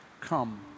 Come